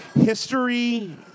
History